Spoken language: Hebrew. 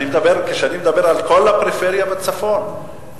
אני מדבר על כל הפריפריה בצפון.